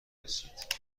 رسید